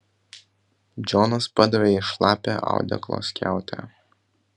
džonas padavė jai šlapią audeklo skiautę